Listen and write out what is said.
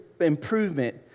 improvement